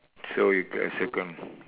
so you can circle